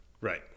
right